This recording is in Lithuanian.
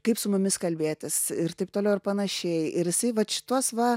kaip su mumis kalbėtis ir taip toliau ir panašiai ir jisai vat šituos va